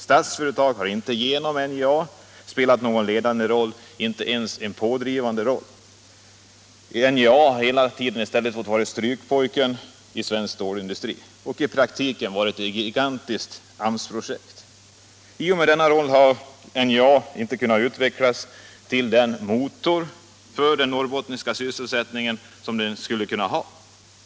Statsföretag har inte genom NJA spelat någon ledande roll, inte ens en pådrivande roll. NJA har i stället hela tiden fått vara strykpojken i svensk stålindustri och har i praktiken blivit ett gigantiskt AMS-projekt. I och med denna roll har NJA inte kunnat utvecklas till den motor för den norrbottniska sysselsättningen som det skulle ha kunnat bli.